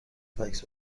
فکس